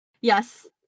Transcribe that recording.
Yes